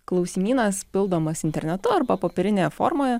klausimynas pildomas internetu arba popierinėje formoje